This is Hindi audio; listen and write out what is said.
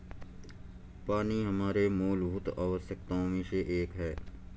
पानी हमारे मूलभूत आवश्यकताओं में से एक है